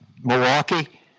Milwaukee